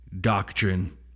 doctrine